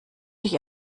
ich